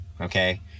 okay